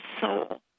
soul